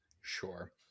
Sure